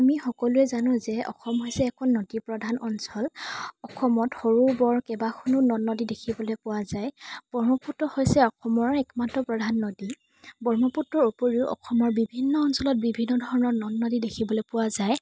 আমি সকলোৱে জানো যে অসম হৈছে এখন নদী প্ৰধান অঞ্চল অসমত সৰু বৰ কেইবাখনো নদ নদী দেখিবলৈ পোৱা যায় ব্ৰহ্মপুত্ৰ হৈছে অসমৰ একমাত্ৰ প্ৰধান নদী ব্ৰহ্মপুত্ৰৰ উপৰিও অসমৰ বিভিন্ন অঞ্চলত বিভিন্ন ধৰণৰ নদ নদী দেখিবলৈ পোৱা যায়